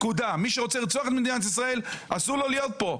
מי שרוצה לרצוח את מדינת ישראל, אסור לו להיות פה.